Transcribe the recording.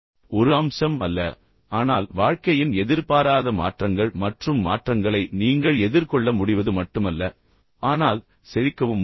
ஒரு அம்சம் அல்ல ஆனால் வாழ்க்கையின் எதிர்பாராத மாற்றங்கள் மற்றும் மாற்றங்களை நீங்கள் எதிர்கொள்ள முடிவது மட்டுமல்ல ஆனால் செழிக்கவும் முடியும்